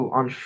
on